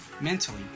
mentally